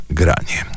granie